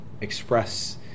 express